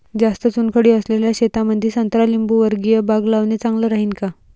जास्त चुनखडी असलेल्या शेतामंदी संत्रा लिंबूवर्गीय बाग लावणे चांगलं राहिन का?